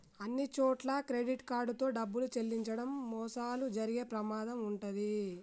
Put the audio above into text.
అన్నిచోట్లా credit card తో డబ్బులు చెల్లించడం మోసాలు జరిగే ప్రమాదం వుంటది